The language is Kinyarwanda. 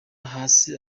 hasi